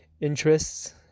interests